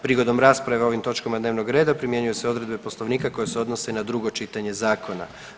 Prigodom rasprave o ovim točkama dnevnog reda primjenjuju se odredbe Poslovnika koje se odnose na drugo čitanje zakona.